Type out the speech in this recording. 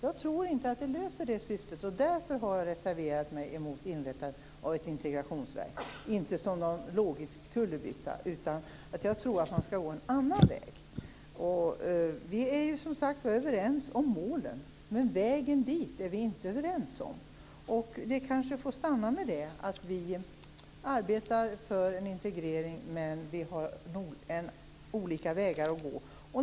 Jag tror inte att det fyller det syftet, och därför har jag reserverat mig mot inrättandet av ett integrationsverk - inte som någon logisk kullerbytta utan för att jag tror att man skall gå en annan väg. Vi är som sagt överens om målen. Men vägen dit är vi inte överens om. Det kanske får stanna vid det. Vi arbetar för en integrering, men vi har olika vägar att gå.